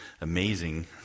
amazing